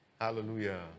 hallelujah